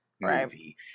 movie